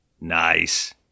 Nice